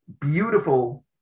beautiful